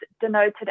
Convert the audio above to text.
denoted